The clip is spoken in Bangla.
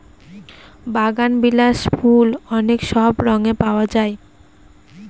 বাগানবিলাস ফুল অনেক সব রঙে পাওয়া যায়